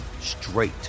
straight